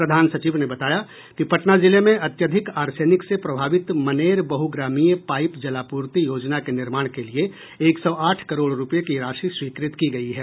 प्रधान सचिव ने बताया कि पटना जिले में अत्यधिक आर्सेनिक से प्रभावित मनेर बहुग्रामीय पाइप जलापूर्ति योजना के निर्माण के लिए एक सौ आठ करोड़ रुपये की राशि स्वीकृत की गयी है